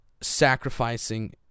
sacrificing